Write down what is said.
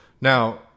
now